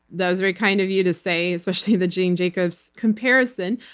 that was very kind of you to say, especially the jane jacobs comparison.